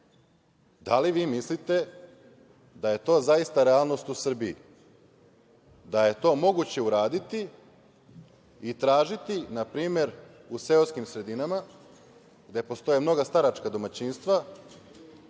li vi mislite da je to zaista realnost u Srbiji, da je to moguće uraditi i tražiti, na primer, u seoskim sredinama gde postoje mnoga staračka domaćinstva,